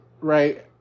right